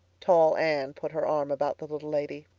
tall anne put her arm about the little lady.